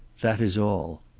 that is all.